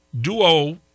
duo